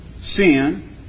sin